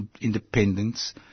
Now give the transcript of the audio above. independence